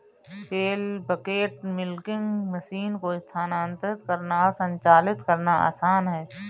पेल bucket milking machine को स्थानांतरित करना और संचालित करना आसान है